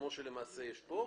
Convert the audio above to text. כפי שיש פה,